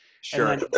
sure